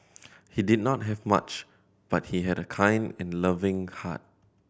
he did not have much but he had a kind and loving heart